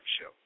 show